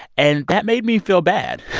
and that made me feel bad.